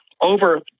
over